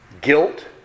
Guilt